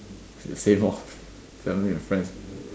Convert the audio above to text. same lor family and friends